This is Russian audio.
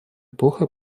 эпоха